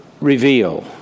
reveal